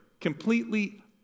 completely